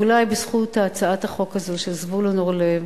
אולי בזכות הצעת החוק הזאת של זבולון אורלב,